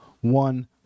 one